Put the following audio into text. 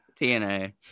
TNA